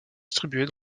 distribuées